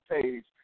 page